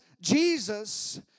Jesus